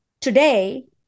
today